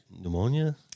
pneumonia